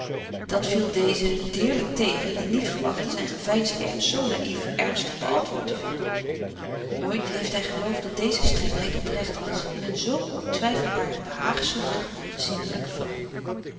dat viel dezen deerlijk tegen die niet verwachtte zijn geveinsden ernst zoo naief ernstig beantwoord te vinden nooit heeft hij geloofd dat deze strengheid oprecht was in een zoo ontwijfelbaar behaagzuchtige en zinnelijke vrouw